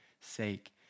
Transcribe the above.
sake